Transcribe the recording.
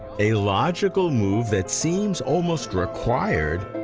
a logical move that seems almost required,